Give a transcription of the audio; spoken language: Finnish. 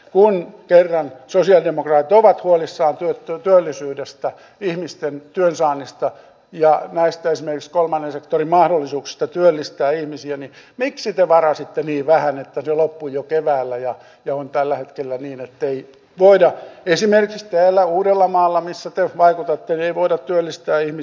kun kerran sosialidemokraatit ovat huolissaan työllisyydestä ihmisten työn saannista ja esimerkiksi näistä kolmannen sektorin mahdollisuuksista työllistää ihmisiä niin miksi te varasitte niin vähän että se loppui jo keväällä ja on tällä hetkellä niin ettei voida esimerkiksi täällä uudellamaalla missä te vaikutatte työllistää ihmisiä